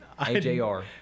AJR